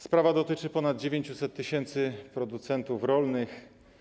Sprawa dotyczy ponad 900 tys. producentów rolnych.